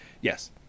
Yes